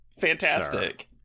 fantastic